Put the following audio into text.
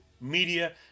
media